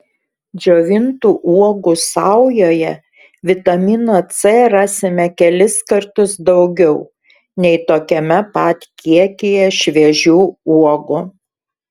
džiovintų uogų saujoje vitamino c rasime kelis kartus daugiau nei tokiame pat kiekyje šviežių uogų